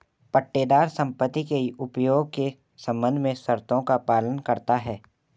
पट्टेदार संपत्ति के उपयोग के संबंध में शर्तों का पालन करता हैं